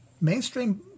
mainstream